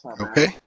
Okay